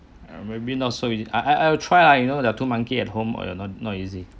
uh maybe not so easy I I will try lah you know there are two monkey at home oh not not easy